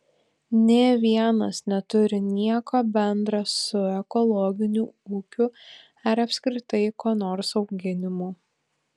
nė vienas neturi nieko bendra su ekologiniu ūkiu ar apskritai ko nors auginimu